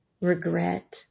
regret